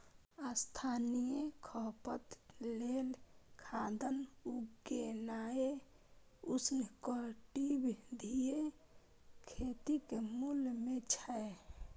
स्थानीय खपत लेल खाद्यान्न उगेनाय उष्णकटिबंधीय खेतीक मूल मे छै